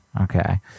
Okay